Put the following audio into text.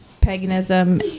paganism